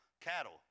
cattle